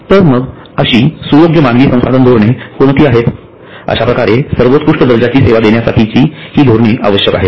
51 तर मग अशी सुयोग्य मानवी संसाधन धोरणे कोणती आहेत अशाप्रकारे सर्वोत्कृष्ट दर्जाची सेवा देण्यासाठी ही धोरणे आवश्यक आहेत